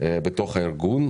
בתוך הארגון.